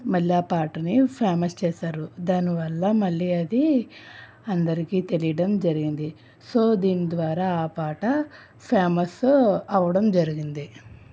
మళ్ళీ ఆ పాటని ఫేమస్ చేశారు దానివల్ల మళ్ళీ అది అందరికీ తెలియడం జరిగింది సో దీని ద్వారా ఆ పాట ఫేమస్ అవ్వడం జరిగింది